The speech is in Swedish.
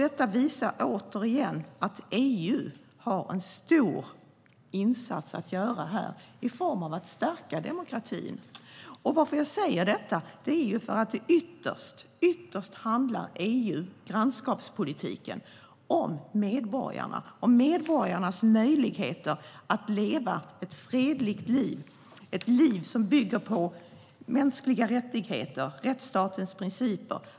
Detta visar att EU återigen har en stor insats att göra i form av att stärka demokratin även här. Att jag säger detta är för att EU:s grannskapspolitik ytterst handlar om medborgarna och om medborgarnas möjligheter att leva ett fredligt liv, ett liv som bygger på mänskliga rättigheter och rättsstatens principer.